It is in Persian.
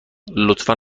لطفا